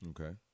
Okay